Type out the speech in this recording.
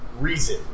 reason